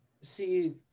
see